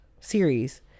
series